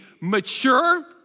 mature